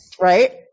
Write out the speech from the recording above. right